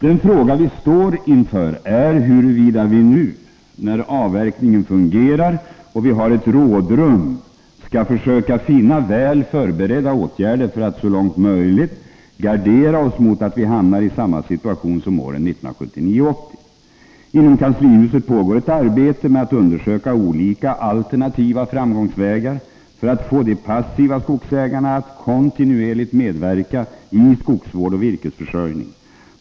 Den fråga vi står inför är huruvida vi nu, när avverkningen fungerar och vi har rådrum, skall försöka finna väl förberedda åtgärder för att så långt möjligt gardera oss mot att vi hamnar i samma situation som åren 1979 och 1980. Inom kanslihuset pågår ett arbete med att undersöka olika alternativa framgångsvägar för att få de passiva skogsägarna att kontinuerligt medverka i skogsvård och virkesförsörjning.